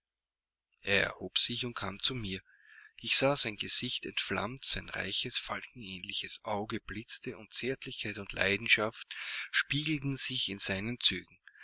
er erhob sich und kam zu mir ich sah sein gesicht entflammt sein reiches falkenähnliches auge blitzte und zärtlichkeit und leidenschaft spiegelten sich in seinen zügen